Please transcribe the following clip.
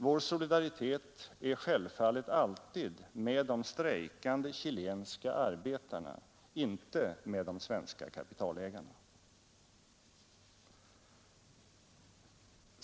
Vår solidaritet är självfallet alltid med de strejkande chilenska arbetarna, inte med de svenska kapitalägarna.